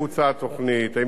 אם יש סיכום עם בעלי האדמות,